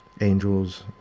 angels